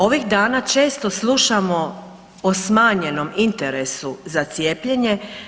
Ovih dana često slušamo o smanjenom interesu za cijepljenje.